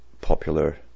popular